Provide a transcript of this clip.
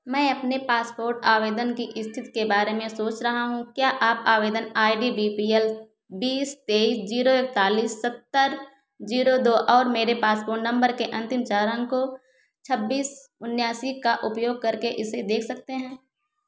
मैं अपने पासपोर्ट आवेदन की स्थिति के बारे में सोच रहा हूँ क्या आप आवेदन I D B P L बीस तेईस जीरो एकतालीस सत्तर जीरो दो और मेरे पासपोर्ट नम्बर के अंतिम चार अंकों छब्बीस उन्नासी का उपयोग करके इसे देख सकते हैं